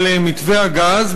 על מתווה הגז,